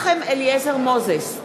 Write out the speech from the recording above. מוזס,